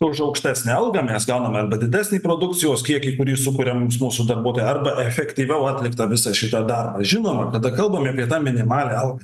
už aukštesnę algą mes gauname arba didesnį produkcijos kiekį kurį sukuria mums mūsų darbuotojai arba efektyviau atliktą visą šitą darbą žinoma kada kalbame apie tą minimalią algą